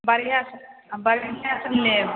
बढ़िआँसँ हम बढ़िआँसब लेब